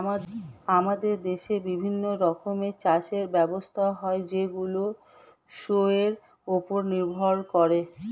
আমাদের দেশে বিভিন্ন রকমের চাষের ব্যবস্থা হয় যেইগুলো শোয়ের উপর নির্ভর করে